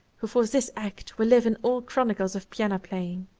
who for this act will live in all chronicles of piano playing.